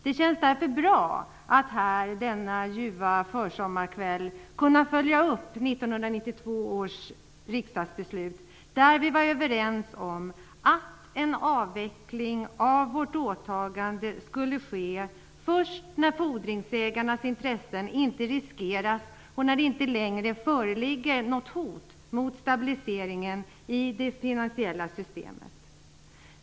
Det känns därför bra att här, denna ljuva försommarkväll, kunna följa upp 1992 års riksdagsbeslut, där vi var överens om att en avveckling av vårt åtagande skulle ske först när fordringsägarnas intressen inte riskeras och när det inte längre föreligger något hot mot stabiliseringen i det finansiella systemet.